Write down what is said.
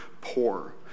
poor